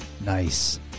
Nice